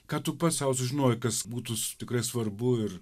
ką tu pats sau sužinojai kas būtų tikrai svarbu ir